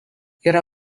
yra